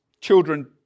children